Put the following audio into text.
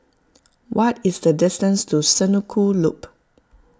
what is the distance to Senoko Loop